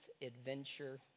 Adventure